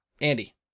Andy